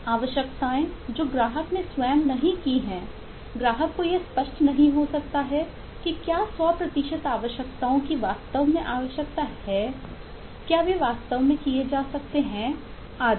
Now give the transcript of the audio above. आवश्यकताएं जो ग्राहक ने स्वयं नहीं की हैं ग्राहक को यह स्पष्ट नहीं हो सकता है कि क्या 100 प्रतिशत आवश्यकताओं की वास्तव में आवश्यकता है क्या वे वास्तव में किए जा सकते हैं आदि